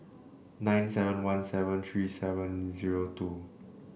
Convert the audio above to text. nine seven one seven three seven zero two